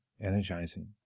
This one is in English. energizing